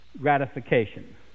gratification